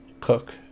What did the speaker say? Cook